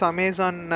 Amazon